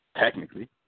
technically